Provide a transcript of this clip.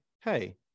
hey